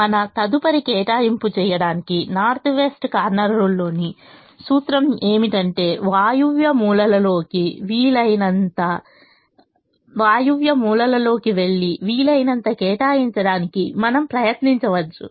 మన తదుపరి కేటాయింపు చేయడానికి నార్త్ వెస్ట్ కార్నర్ రూల్ లోని సూత్రం ఏమిటంటే వాయువ్య మూలలోకి వెళ్లివీలైనంత కేటాయించటానికి మనము ప్రయత్నించవచ్చు